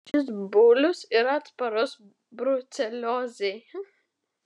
šis bulius yra atsparus bruceliozei